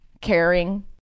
caring